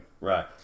right